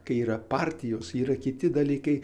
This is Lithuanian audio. kai yra partijos yra kiti dalykai